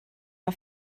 war